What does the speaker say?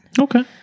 Okay